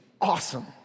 awesome